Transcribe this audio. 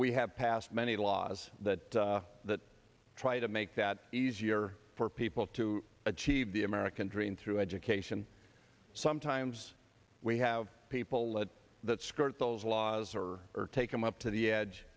we have passed many laws that that try to make that easier for people to achieve the american dream through education sometimes we have people lead that skirt those laws or take them up to the edge